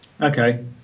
Okay